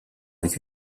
avec